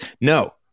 No